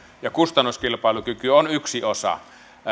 ja kustannuskilpailukyky ovat yksi osa